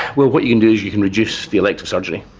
what you can do is you can reduce the elective surgery.